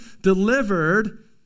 delivered